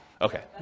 Okay